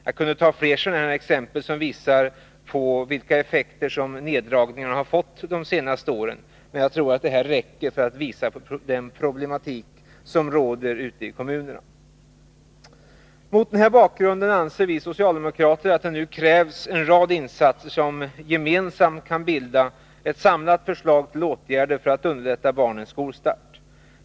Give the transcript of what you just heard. Jag kunde ta fler exempel som visar vilka effekter som neddragningarna har fått de senaste åren, men jag tror att detta räcker för att visa den problematik som råder ute i kommunerna. Mot denna bakgrund anser vi socialdemokrater att det nu krävs en rad insatser som gemensamt kan bilda ett samlat förslag till åtgärder för att underlätta barnens skolstart.